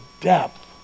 depth